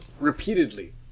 repeatedly